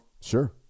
Sure